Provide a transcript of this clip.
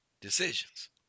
Decisions